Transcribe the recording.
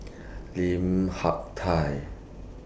Lim Hak Tai